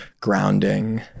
grounding